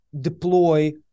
deploy